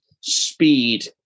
speed